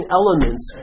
elements